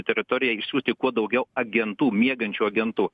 teritoriją išsiųsti kuo daugiau agentų miegančių agentų